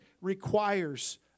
requires